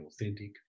authentic